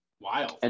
Wild